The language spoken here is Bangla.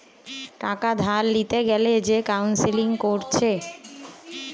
টাকা ধার লিতে গ্যালে যে কাউন্সেলিং কোরছে